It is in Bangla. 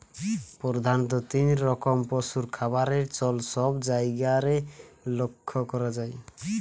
প্রধাণত তিন রকম পশুর খাবারের চল সব জায়গারে লক্ষ করা যায়